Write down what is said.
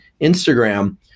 Instagram